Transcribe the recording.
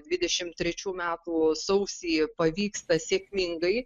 dvidešimt trečių metų sausį pavyksta sėkmingai